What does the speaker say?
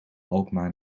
alkmaar